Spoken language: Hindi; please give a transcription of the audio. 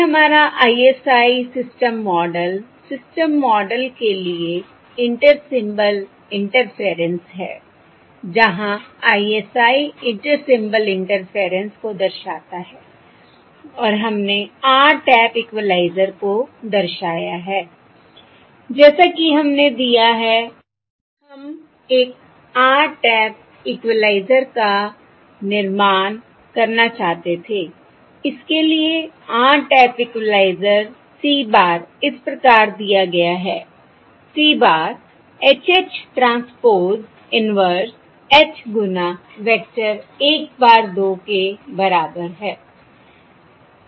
यह हमारा ISI system model system model के लिए इंटर सिंबल इंटरफेयरेंस है जहां ISI इंटर सिंबल इंटरफेयरेंस को दर्शाता है और हमने r टैप इक्वलाइज़र को दर्शाया है जैसा कि हमने दिया है हम एक r टैप इक्वलाइज़र का निर्माण करना चाहते थे इसके लिए r tap equaliser C bar इस प्रकार दिया गया है C bar H H transpose inverse H गुना वेक्टर 1 bar 2 के बराबर है